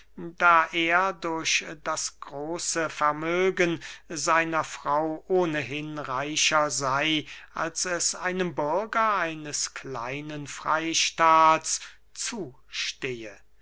da er durch das große vermögen seiner frau ohnehin reicher sey als es einem bürger eines kleinen freystaats zustehe